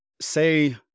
say